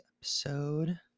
episode